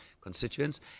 constituents